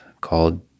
called